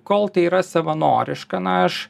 kol tai yra savanoriška na aš